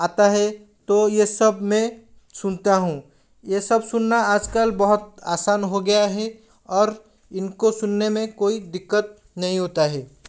आता है तो ये सब मैं सुनता हूँ ये सब सुनना आजकल बहुत आसान हो गया है और इनको सुनने में कोई दिक्कत नहीं होता है